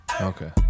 Okay